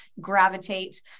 gravitate